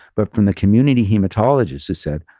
but from the community hematologists who said,